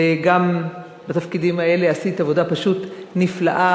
וגם בתפקידים האלה עשית עבודה פשוט נפלאה,